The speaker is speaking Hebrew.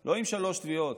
לא עם שלוש תביעות,